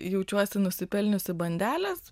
jaučiuosi nusipelniusi bandelės